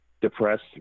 depressed